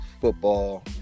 football